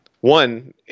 One